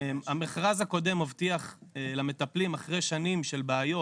המכרז הקודם מבטיח למטפלים אחרי שנים של בעיות,